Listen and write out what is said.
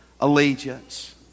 allegiance